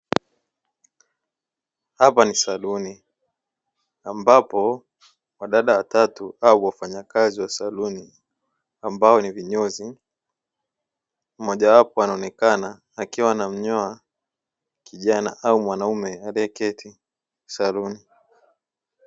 Hapa ni saluni ambapo wadada watatu au wafanyakazi wa saluni ambao ni vinyozi, mmoja wapo anaonekana akiwa anamnyoa kijana au mwanaume aliyeketi saluni.